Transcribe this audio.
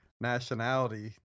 nationality